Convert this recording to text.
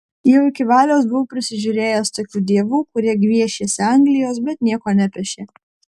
jau iki valios buvau prisižiūrėjęs tokių dievų kurie gviešėsi anglijos bet nieko nepešė